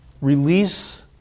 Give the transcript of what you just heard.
release